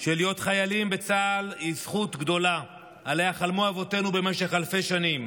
שלהיות חיילים בצה"ל זו זכות גדולה שעליה חלמו אבותינו במשך אלפי שנים.